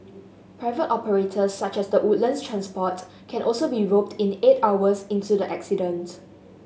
private operators such as the Woodlands Transport can also be roped in eight hours into the accident